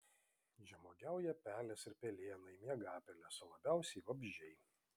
žemuogiauja pelės ir pelėnai miegapelės o labiausiai vabzdžiai